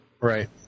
Right